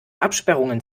absperrungen